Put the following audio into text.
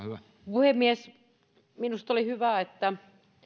puhemies minusta oli hyvä että